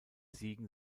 siegen